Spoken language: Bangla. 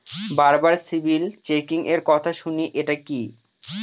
বারবার সিবিল চেকিংএর কথা শুনি এটা কি?